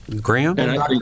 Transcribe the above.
graham